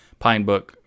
Pinebook